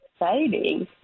exciting